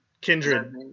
Kindred